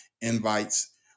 invites